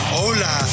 Hola